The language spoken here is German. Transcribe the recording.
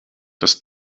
das